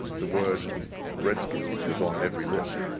the word redskins was on every lip.